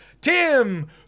Tim